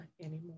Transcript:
anymore